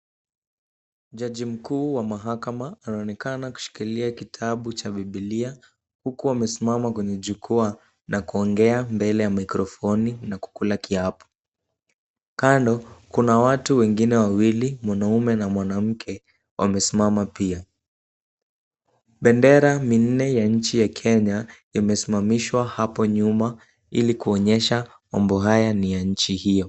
Jaji mkuu wa mahakama anaonekana kushikilia kitabu cha biblia huku wamesimama kwenye jukwaa na kuongea mbele ya mikrofoni na kukula kiapo. Kando, kuna watu wengine wawili mwanaume na mwanamke wamesimama pia. Bendera minne ya nchi ya Kenya imesimamishwa hapo nyuma ili kuonyesha mambo haya ni ya nchi hiyo.